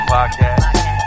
Podcast